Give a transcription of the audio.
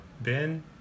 Ben